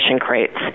crates